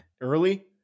Early